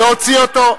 להוציא אותו.